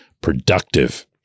productive